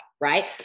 right